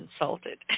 insulted